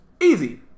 Easy